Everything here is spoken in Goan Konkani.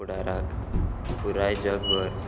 फुडाराक पुराय जगभर